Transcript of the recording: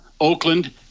Oakland